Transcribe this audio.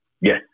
Yes